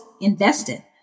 invested